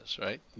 right